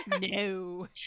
No